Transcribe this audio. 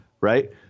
right